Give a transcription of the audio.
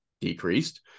decreased